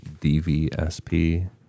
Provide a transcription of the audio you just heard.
DVSP